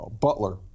Butler